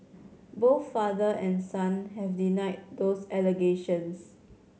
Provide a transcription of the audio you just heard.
both father and son have denied those allegations